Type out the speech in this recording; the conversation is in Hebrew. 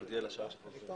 חמש דקות.